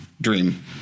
dream